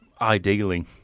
ideally